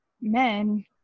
men